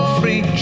free